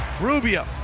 Rubio